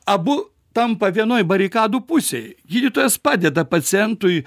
abu tampa vienoj barikadų pusėj gydytojas padeda pacientui